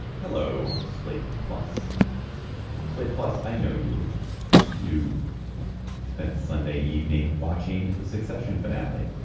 hello slate plus slate plus i know you you spent sunday evening watching the succession finale